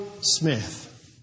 Smith